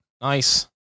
Nice